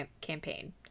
campaign